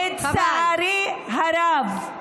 צא מהאולם,